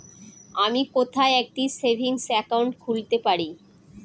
আমি কোথায় একটি সেভিংস অ্যাকাউন্ট খুলতে পারি?